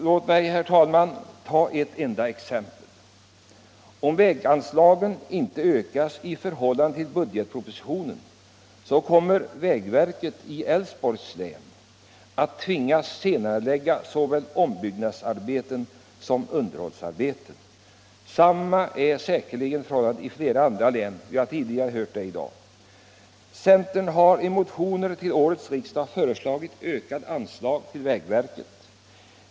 Låt mig, herr talman, ta ett enda exempel. Om väganslagen inte ökas i förhållande till budgetpropositionens, kommer vägverket i Älvsborgs län att tvingas senarelägga såväl ombyggnadsarbeten som underhållsarbeten. Samma är säkerligen förhållandet i flera andra län — vi har tidigare hört det i dag. Centern har i motioner till årets riksdag föreslagit ökade anslag till vägverket.